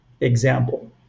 example